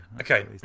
Okay